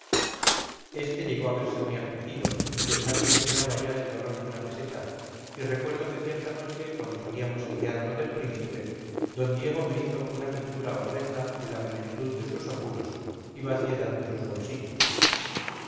este llegó a verse muy afligido pues nadie le fiaba ya el valor de una peseta y recuerdo que cierta noche cuando salíamos del teatro del príncipe d diego me hizo una pintura horrenda de la plenitud de sus apuros y vaciedad de sus bolsillos